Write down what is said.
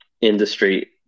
industry